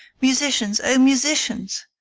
musicians, o, musicians,